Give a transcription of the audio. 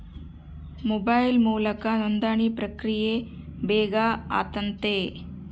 mobile ಮೂಲಕ ನೋಂದಣಿ ಪ್ರಕ್ರಿಯೆ ಬೇಗ ಆತತೆ